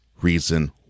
reason